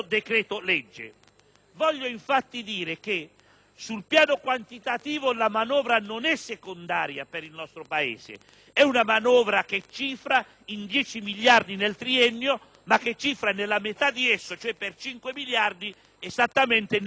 Voglio infatti sottolineare che sul piano quantitativo la manovra non è secondaria per il nostro Paese. È una manovra che cifra in dieci miliardi nel triennio, ma che cifra per la metà della somma, cinque miliardi, esattamente nel 2009.